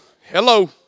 Hello